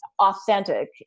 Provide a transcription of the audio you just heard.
authentic